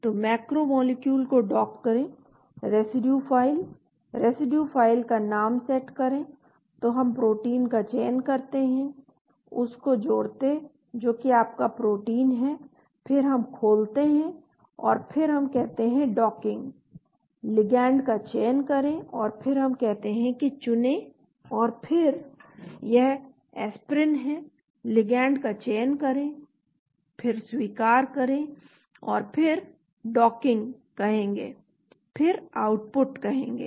तो macro molecule को dock करें रेसिड्यू फ़ाइल रेसिड्यू फ़ाइल का नाम सेट करें तो हम प्रोटीन का चयन करते हैं उसको जोड़ते जो कि आपका प्रोटीन है फिर हम खोलते हैं और फिर हम कहते हैं डॉकिंग लिगैंड का चयन करें और फिर हम कहते हैं कि चुनें और फिर यह एस्पिरिन है लिगैंड का चयन करें फिर स्वीकार करें और फिर डॉकिंग कहेंगे फिर आउटपुट कहेंगे